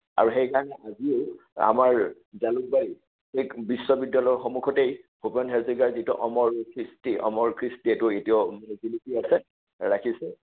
আৰু সেই কাৰণে আজি আমাৰ জালুকবাৰীত ঠিক বিশ্ববিদ্যালয়ৰ সন্মুখতেই ভূপেন হাজৰিকাৰ যিটো অমৰ অমৰ কৃষ্টি এইটো এতিয়াও জিলিকি আছে ৰাখিছে